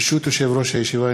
ברשות יושב-ראש הישיבה,